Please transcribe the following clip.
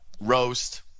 roast